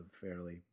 fairly